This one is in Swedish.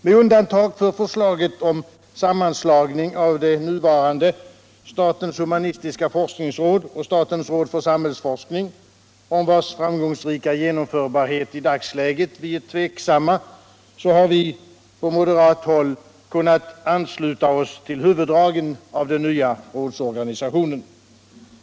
Med undantag av förslaget om sammanslagning av statens humanistiska forskningsråd och statens råd för samhällsforskning, om vars framgångsrika gemomförbarhet i dagsläget vi är tveksamma, har vi från moderat håll kunnat ansluta oss till huvuddragen i den nya rådsorganisationen.